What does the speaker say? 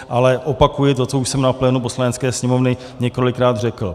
Ale opakuji to, co už jsem na plénu Poslanecké sněmovny několikrát řekl.